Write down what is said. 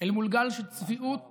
אל מול גל של צביעות